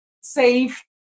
safe